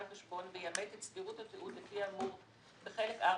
החשבון ויאמת את סבירות התיעוד לפי האמור בחלק הרביעי,